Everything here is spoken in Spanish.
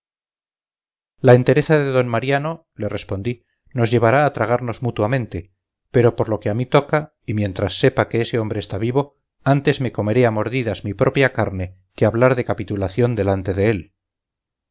la entereza de d mariano le respondí nos llevará a tragarnos mutuamente pero por lo que a mí toca y mientras sepa que ese hombre está vivo antes me comeré a mordidas mi propia carne que hablar de capitulación delante de él